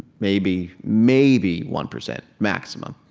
maybe maybe one percent, maximum.